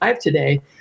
today